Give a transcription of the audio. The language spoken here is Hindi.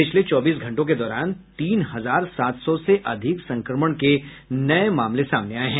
पिछले चौबीस घंटों के दौरान तीन हजार सात सौ से अधिक संक्रमण के नये मामले सामने आये हैं